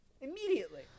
Immediately